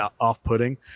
off-putting